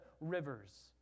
rivers